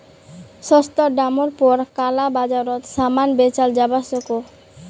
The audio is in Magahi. सस्ता डामर पोर काला बाजारोत सामान बेचाल जवा सकोह